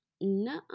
No